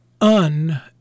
un